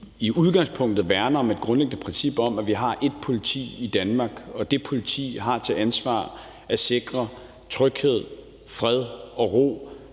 i udgangspunktet værner om et grundlæggende princip om, at vi har ét politi i Danmark, og at det politi har til opgave at sikre tryghed, fred og ro